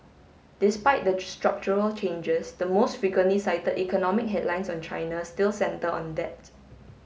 despite the structural changes the most frequently cited economic headlines on China still centre on debt